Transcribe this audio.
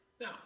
Now